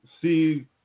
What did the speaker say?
see